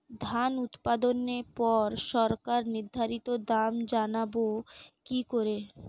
ধান উৎপাদনে পর সরকার নির্ধারিত দাম জানবো কি করে?